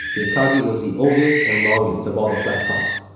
the akagi was the oldest and longest of all the flat tops.